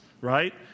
right